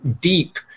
deep